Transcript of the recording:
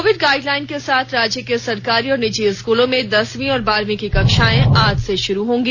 Covid guideline के साथ राज्य के सरकारी और निजी स्कूलों में दसवीं और बारहवीं की कक्षाएं आज से शुरू होंगी